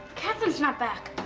katherine's not back.